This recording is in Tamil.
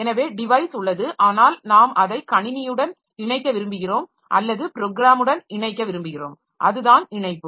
எனவே டிவைஸ் உள்ளது ஆனால் நாம் அதை கணினியுடன் இணைக்க விரும்புகிறோம் அல்லது ப்ரோக்ராமுடன் இணைக்க விரும்புகிறோம் அதுதான் இணைப்பு